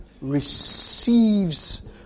receives